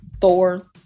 thor